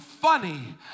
funny